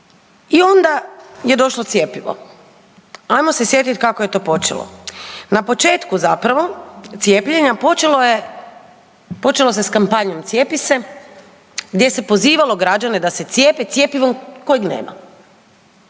I onda je došlo cjepivo. Ajmo se sjetit kako je to počelo. Na početku zapravo cijepljenja, počelo se s kampanjom „Cijepi se“ gdje se pozivalo građane da se cijepe cjepivom kojeg nema